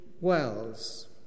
wells